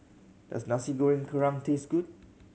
does Nasi Goreng Kerang taste good